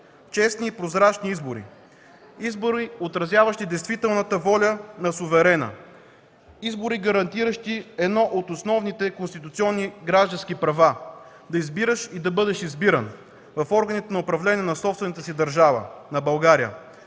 честни и прозрачни избори, отразяващи действителната воля на суверена. Избори, гарантиращи едно от основните конституционни граждански права – да избираш и да бъдеш избиран в органите на управление на собствената си държава, на България,